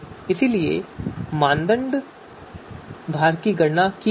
इसलिए हमने मानदंड भार की गणना की है